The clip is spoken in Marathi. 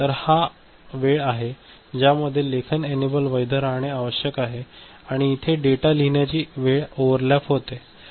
तर हा वेळ आहे ज्यामध्ये लेखन एनेबल वैध राहणे आवश्यक आहे आणि इथे डेटा लिहिण्याची वेळ ओव्हरलॅप होते